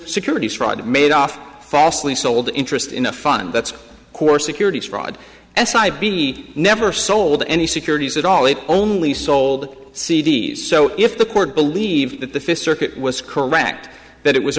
securities fraud made off falsely sold the interest in a fund that's core securities fraud and side b never sold any securities at all it only sold c d s so if the court believed that the fifth circuit was correct that it was